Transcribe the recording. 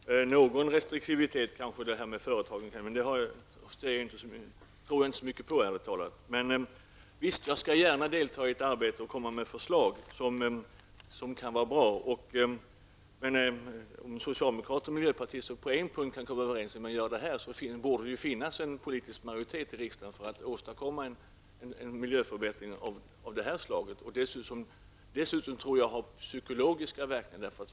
Herr talman! Någon restriktivitet kanske företagen kan ha, men ärligt talat tror jag inte så mycket på det. Jag skall gärna delta i ett arbete och komma med ett förslag som kan vara bra. Om socialdemokraterna och miljöpartiet på någon punkt kan vara överens i det här, då borde det finnas politisk majoritet i riksdagen för att åstadkomma en miljöförbättring av det här slaget. Det tror jag dessutom skulle ha psykologiska verkningar.